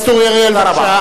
חבר הכנסת אורי אריאל, בבקשה.